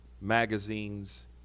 magazines